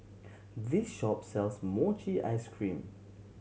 this shop sells mochi ice cream